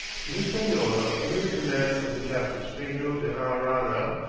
to hispaniola under the command of the captains pedro de arana,